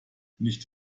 nicht